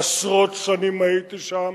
עשרות שנים הייתי שם,